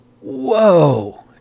Whoa